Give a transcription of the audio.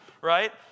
right